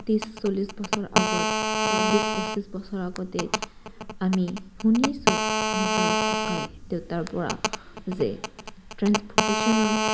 ত্ৰিছ চল্লিছ বছৰ আগত বা বিছ পঁচিছ বছৰ আগতে আমি শুনিছোঁ নিজৰ ককাই দেউতাৰ পৰা যে ট্ৰেন্সপৰ্টেশ্যনৰ